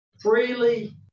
freely